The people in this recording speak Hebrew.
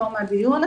הדיון.